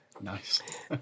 Nice